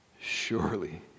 Surely